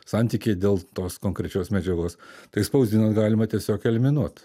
santykiai dėl tos konkrečios medžiagos tai spausdinant galima tiesiog eliminuot